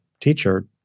teacher